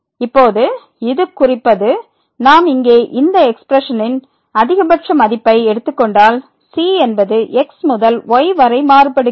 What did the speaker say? இப்போது இது குறிப்பது நாம் இங்கே இந்த எக்ஸ்பிரஷனின் அதிகபட்ச மதிப்பை எடுத்துக்கொண்டால் c என்பது x முதல் y வரை மாறுபடுகிறது